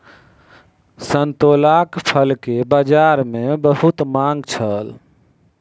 संतोलाक फल के बजार में बहुत मांग छल